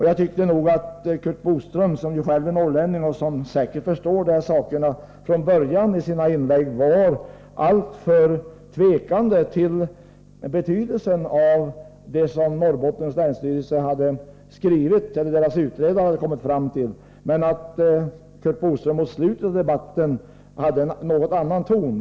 Jag tyckte att Curt Boström, som själv är norrlänning och säkert förstår de här sakerna, från början var alltför tveksam till vad utredarna kommit fram till. Mot slutet av debatten hade han emellertid en annan ton.